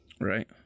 Right